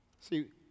See